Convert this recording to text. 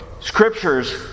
Scriptures